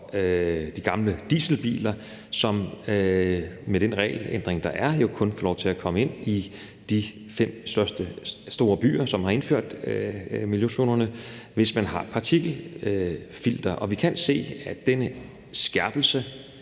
de gamle dieselbiler, som med den regelændring, der er, jo kun får lov til at komme ind i de fem store byer, som har indført miljøzonerne, hvis man har et partikelfilter. Vi kan se, at denne ændring,